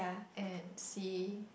and C